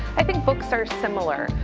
i think books are similar.